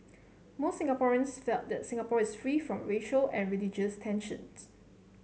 most Singaporeans felt that Singapore is free from racial and religious tensions